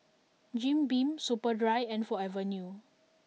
Jim Beam Superdry and Forever New